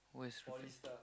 what is perfect